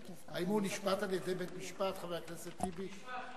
האם הוא נשפט על-ידי בית-משפט, חבר הכנסת טיבי?